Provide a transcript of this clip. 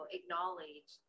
acknowledge